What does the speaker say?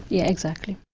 yeah exactly.